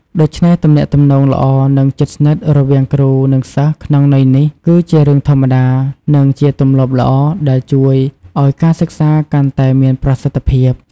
ដូច្នេះ ទំនាក់ទំនងល្អនិងជិតស្និទ្ធរវាងគ្រូ និងសិស្សក្នុងន័យនេះ គឺជារឿងធម្មតា និងជាទម្លាប់ល្អដែលជួយឱ្យការសិក្សាកាន់តែមានប្រសិទ្ធភាព។